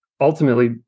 ultimately